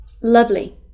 Lovely